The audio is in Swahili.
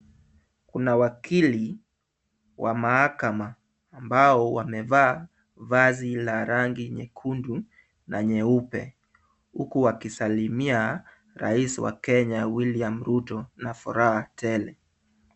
Kuna wakili wa mahakama ambao wamevaa vazi la rangi nyekundu na nyeupe. Huku wakisalimia rais wa Kenya William Ruto na furaha tele.